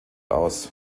aus